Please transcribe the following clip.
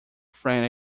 friend